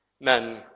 men